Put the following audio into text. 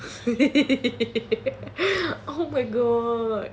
oh my god